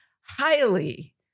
highly